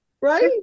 right